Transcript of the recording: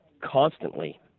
constantly